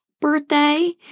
birthday